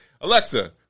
Alexa